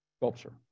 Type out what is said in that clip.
sculpture